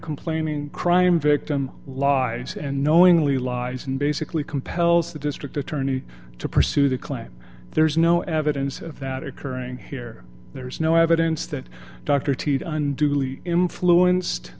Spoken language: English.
complaining crime victim lives and knowingly lies and basically compels the district attorney to pursue the claim there's no evidence of that occurring here there's no evidence that dr t unduly influenced